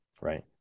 right